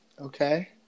Okay